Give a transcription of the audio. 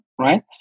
right